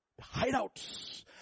hideouts